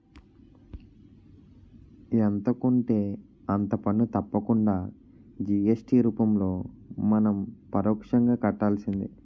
ఎంత కొంటే అంత పన్ను తప్పకుండా జి.ఎస్.టి రూపంలో మనం పరోక్షంగా కట్టాల్సిందే